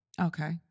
Okay